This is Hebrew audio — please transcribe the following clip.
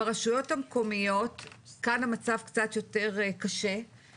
ברשויות המקומיות כאן המצב קצת יותר קשה,